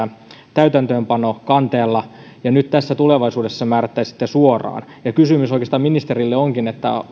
täytäntöönpanokanteella ja tulevaisuudessa se määrättäisiin sitten suoraan kysymys oikeastaan ministerille onkin että